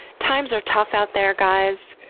times are tough out there guys.